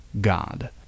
God